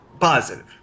Positive